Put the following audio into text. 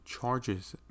charges